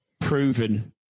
proven